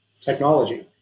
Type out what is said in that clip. technology